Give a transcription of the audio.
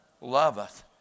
loveth